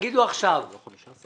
תגידו עכשיו מה התאריך.